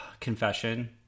Confession